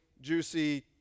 juicy